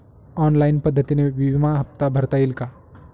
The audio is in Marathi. ऑनलाईन पद्धतीने विमा हफ्ता भरता येईल का?